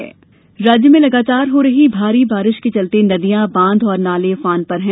मौसम बारिश राज्य में लगातार हो रही भारी बारिश के चलते नदियां बांध और नाले उफान पर हैं